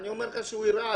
אני אומר שהוא ירעד.